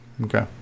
Okay